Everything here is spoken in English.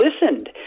listened